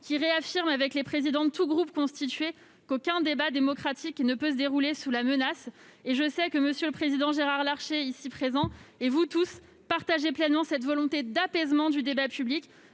qui a réaffirmé avec tous les présidents de groupe constitué qu'aucun débat démocratique ne pouvait se dérouler sous la menace. M. le président Gérard Larcher ici présent et vous tous partagez pleinement cette volonté d'apaisement du débat public,